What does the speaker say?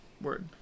word